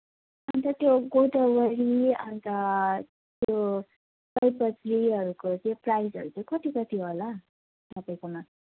अन्त त्यो गोदावरी अन्त त्यो सयपत्रीहरूको चाहिँ प्राइसहरू कति कति होला तपाईँकोमा